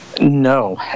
No